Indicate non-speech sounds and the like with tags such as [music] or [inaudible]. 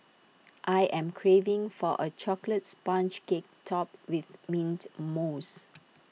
I am craving for A Chocolate Sponge Cake Topped with Mint Mousse [noise]